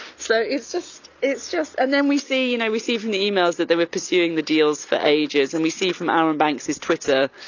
so it's just, it's just, and then we see, you know, we see from the emails that they were pursuing the deals for ages and we see from arron banks' twitter,